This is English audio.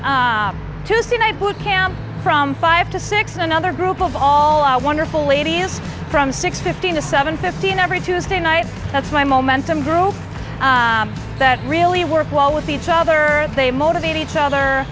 night boot camp from five to six and another group of all our wonderful ladies from six fifteen to seven fifteen every tuesday night that's my momentum group that really work well with each other they motivate each other